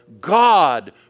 God